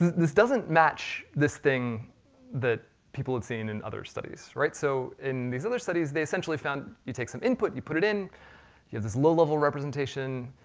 this doesn't match this thing that people had seen in other studies. so in these other studies, they essentially found, you take some input, you put it in. you have this low-level representation.